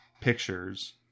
pictures